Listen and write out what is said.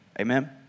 Amen